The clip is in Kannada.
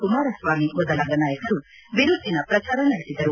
ಕುಮಾರಸ್ವಾಮಿ ಮೊದಲಾದ ನಾಯಕರು ಬಿರುಸಿನ ಪ್ರಚಾರ ನಡೆಬದರು